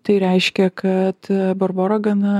tai reiškia kad barbora gana